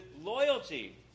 loyalty